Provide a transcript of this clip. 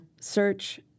search